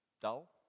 dull